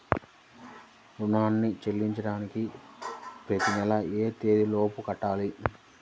రుణాన్ని చెల్లించడానికి ప్రతి నెల ఏ తేదీ లోపు కట్టాలి?